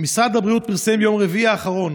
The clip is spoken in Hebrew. משרד הבריאות פרסם ביום רביעי האחרון